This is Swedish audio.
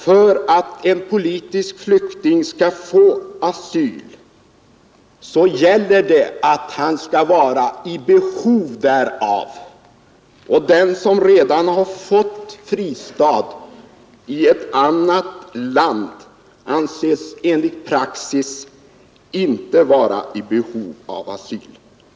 För att en politisk flykting skall få asyl i Sverige gäller det att han skall vara i behov därav. Den som redan har fått fristad i ett annat land anses enligt praxis inte vara i behov av asyl.